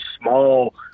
small